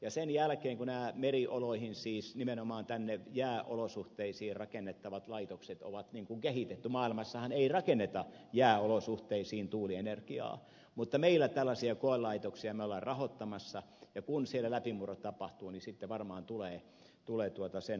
ja sen jälkeen kun nämä merioloihin siis nimenomaan tänne jääolosuhteisiin rakennettavat laitokset on kehitetty maailmassahan ei rakenneta jääolosuhteisiin tuulienergiaa mutta meillä tällaisia koelaitoksia me olemme rahoittamassa ja kun siellä läpimurrot tapahtuvat niin sitten varmaan tulee sen aika